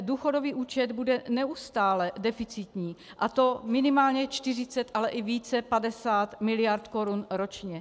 Důchodový účet bude neustále deficitní, a to minimálně 40, ale i více, 50, miliard korun ročně.